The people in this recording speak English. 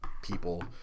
people